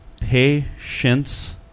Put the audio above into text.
Patience